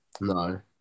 No